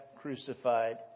crucified